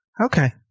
Okay